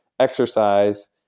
exercise